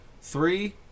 Three